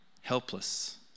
helpless